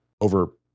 over